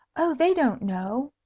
oh, they don't know!